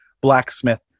blacksmith